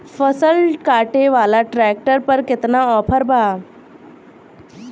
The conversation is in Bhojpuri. फसल काटे वाला ट्रैक्टर पर केतना ऑफर बा?